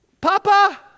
Papa